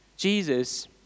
Jesus